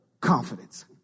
confidence